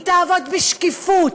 היא תעבוד בשקיפות,